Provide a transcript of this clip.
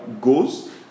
goes